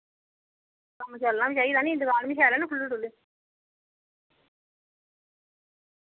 कम्म चलना बी चाहिदा नि दुकान बी शैल ऐ ना खु'ल्ली डुल्ली